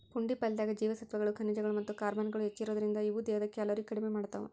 ಪುಂಡಿ ಪಲ್ಲೆದಾಗ ಜೇವಸತ್ವಗಳು, ಖನಿಜಗಳು ಮತ್ತ ಕಾರ್ಬ್ಗಳು ಹೆಚ್ಚಿರೋದ್ರಿಂದ, ಇವು ದೇಹದ ಕ್ಯಾಲೋರಿ ಕಡಿಮಿ ಮಾಡ್ತಾವ